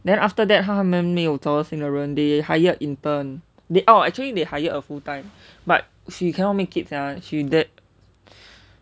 then after that 他们没有找到新的人 they hired intern they oh they actually hired a full time but she cannot sia she damn